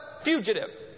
fugitive